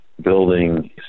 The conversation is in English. building